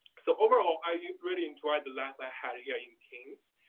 so overall, i really enjoyed the life i had here in king's,